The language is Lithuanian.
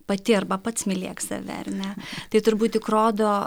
pati arba pats mylėk save ar ne tai turbūt tik rodo